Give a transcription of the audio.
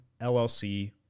LLC